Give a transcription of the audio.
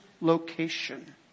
location